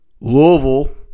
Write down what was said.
Louisville